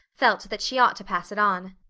felt that she ought to pass it on.